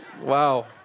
Wow